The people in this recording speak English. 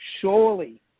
Surely